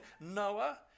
Noah